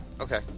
Okay